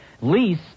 lease